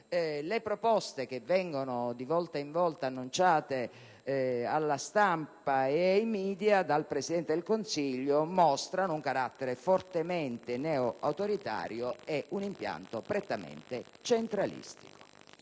le proposte che di volta in volta vengono annunciate alla stampa e ai *media* dal Presidente del Consiglio mostrano un carattere fortemente neoautoritario e un impianto prettamente centralistico.